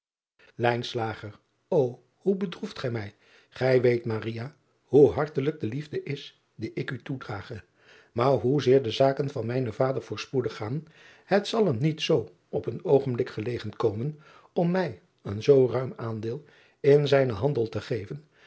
o oe bedroeft gij mij gij weet hoe hartelijk de liefde is die ik u toedrage aar hoezeer de zaken van mijnen vader voorspoedig gaan het zal hem niet zoo op een oogenblik gelegen komen om mij een zoo ruim aandeel in zijnen handel te geven